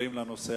עוברים לנושא